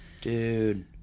Dude